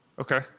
okay